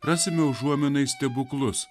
rasime užuominą į stebuklus